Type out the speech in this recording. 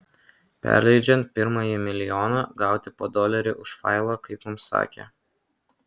perleidžiant pirmąjį milijoną gauti po dolerį už failą kaip mums sakė